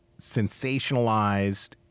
sensationalized